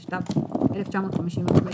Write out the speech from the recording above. התשט"ו-1955,